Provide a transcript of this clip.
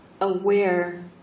aware